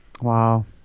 Wow